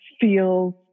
feels